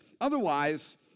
Otherwise